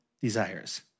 desires